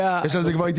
כבר יש על זה התיישנות.